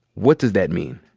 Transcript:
what does that mean?